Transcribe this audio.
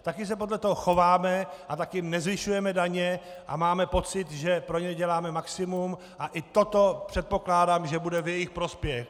Také se podle toho chováme a také nezvyšujeme daně, a mám pocit, že pro ně děláme maximum, a i toto předpokládám, že bude v jejich prospěch.